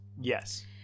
Yes